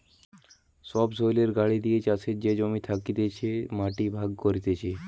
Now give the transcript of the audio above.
সবসৈলের গাড়ি দিয়ে চাষের যে জমি থাকতিছে তাতে মাটি ভাগ করতিছে